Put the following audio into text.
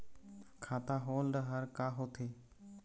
खाता होल्ड हर का होथे?